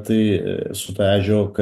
tai su ta ežio k